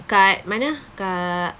kat mana kat